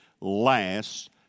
last